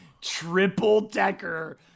triple-decker